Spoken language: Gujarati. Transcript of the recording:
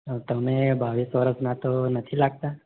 તમે બાવીસ વર્ષના તો નથી લાગતા